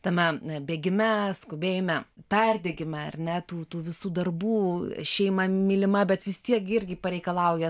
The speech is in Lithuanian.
tame bėgime skubėjime perdegime ar ne tų tų visų darbų šeima mylima bet vis tiek irgi pareikalauja